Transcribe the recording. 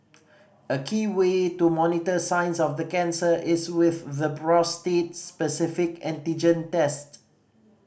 a key way to monitor signs of the cancer is with the prostate specific antigen test